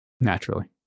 naturally